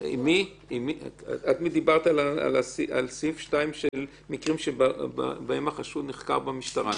את דיברת על סעיף (2) מקרים שבהם החשוד נחקר במשטרה.